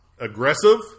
aggressive